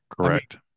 Correct